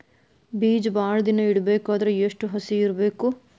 ಬೇಜ ಭಾಳ ದಿನ ಇಡಬೇಕಾದರ ಎಷ್ಟು ಹಸಿ ಇರಬೇಕು?